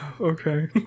Okay